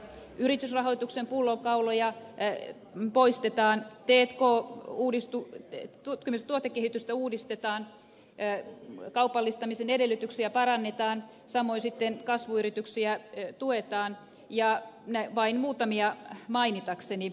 yritysrahoituksen pullonkauloja poistetaan tutkimusta ja tuotekehitystä uudistetaan kaupallistamisen edellytyksiä parannetaan samoin sitten kasvuyrityksiä tuetaan vain muutamia mainitakseni